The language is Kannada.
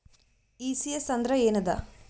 ಈ.ಸಿ.ಎಸ್ ಅಂದ್ರ ಏನದ?